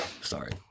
Sorry